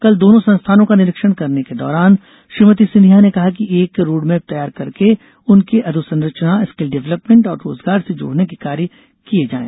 कल दोनों संस्थानों का निरीक्षण करने के दौरान श्रीमती सिंधिया ने कहा कि एक रोडमैप तैयार करके उनके अधोसंरचना स्किल डव्लपमेंट और रोजगार से जोड़ने के कार्य किये जाये